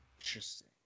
Interesting